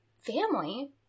family